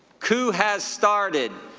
coup has started.